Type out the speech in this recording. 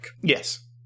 Yes